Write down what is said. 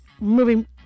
moving